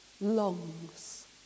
longs